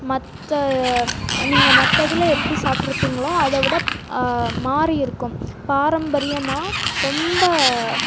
மற்ற நீங்கள் மற்றதுல எப்படி சாப்பிட்ருப்பீங்களோ அதை விட மாறி இருக்கும் பாரம்பரியமாக ரொம்ப